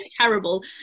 terrible